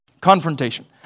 Confrontation